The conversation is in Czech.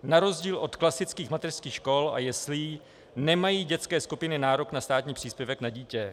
Na rozdíl od klasických mateřských škol a jeslí nemají dětské skupiny nárok na státní příspěvek na dítě.